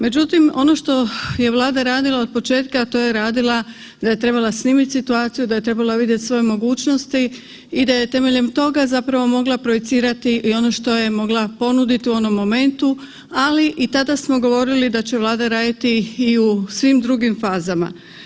Međutim, ono što je Vlada radila od početka, a to je radila da je trebala snimit situaciju, da je trebala vidjet svoje mogućnosti i da je temeljem toga zapravo mogla projicirati i ono što je mogla ponuditi u onom momentu, ali i tada smo govorili da će Vlada raditi i u svim drugim fazama.